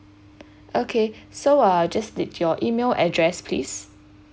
okay so uh just read your email address please